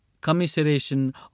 commiseration